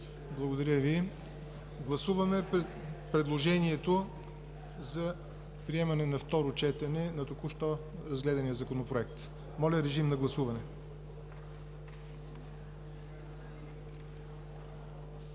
Благодаря Ви. Гласуваме предложението за приемане на второ четене на току-що разгледания Законопроект. Моля, режим на гласуване.